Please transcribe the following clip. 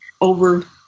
over